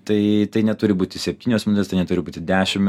tai tai neturi būti septynios minutės tai neturi būt dešimt